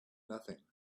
nothing